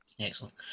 Excellent